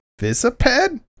visiped